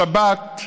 השבת,